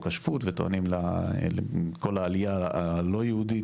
השבות וטוענים לכל העלייה הלא יהודיות.